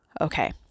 Okay